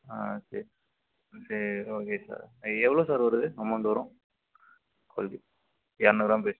ஆ சரி சரி okay sir எவ்வளோ சார் வருது அமௌண்ட் வரும் கோல்கேட் இரநூறு கிராம் பேஸ்ட்